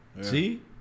See